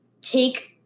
take